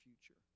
future